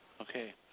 Okay